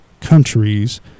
countries